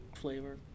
flavor